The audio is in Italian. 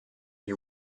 gli